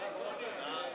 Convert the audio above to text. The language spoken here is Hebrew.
(תיקון, הפחתת מס רכישה), התשס"ט 2009,